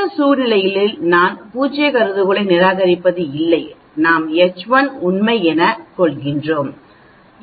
மற்ற சூழ்நிலையில் நான் பூஜ்ஜிய கருதுகோளை நிராகரிப்பது இல்லை நாம் H1 உண்மை என கொள்கிறோம்